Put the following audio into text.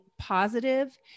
positive